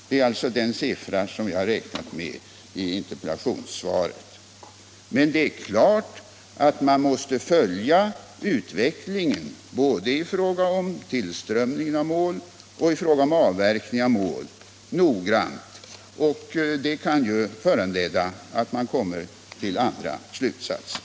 Det är alltså den siffra som jag har räknat med i interpellationssvaret. Men det är klart att man noggrant måste följa utvecklingen både i fråga om tillströmningen av mål och i fråga om avverkningen av mål. Det kan ju föranleda att man kommer till andra slutsatser.